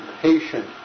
patient